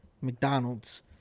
McDonald's